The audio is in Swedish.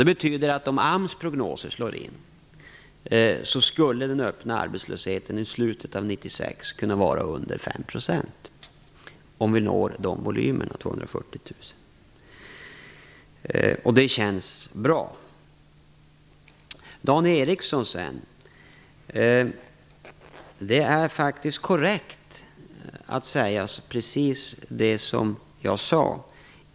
Det betyder att om AMS prognoser slår in skulle den öppna arbetslösheten i slutet av 1996 kunna vara under 5 %, om vi når de volymerna, 240 000 människor. Det känns bra. Det är faktiskt korrekt, Dan Ericsson, att säga precis det som jag sade.